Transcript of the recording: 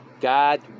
God